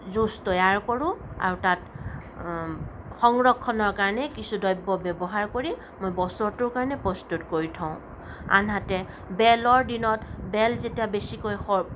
juice তৈয়াৰ কৰোঁ আৰু তাত সংৰক্ষণৰ কাৰণে কিছু দ্ৰব্য ব্যৱহাৰ কৰি মই বছৰটোৰ কাৰণে প্ৰস্তুত কৰি থওঁ আনহাতে বেলৰ দিনত বেল বেছিকৈ সৰে